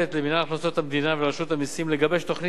ולרשות המסים לגבש תוכנית מסים רב-שנתית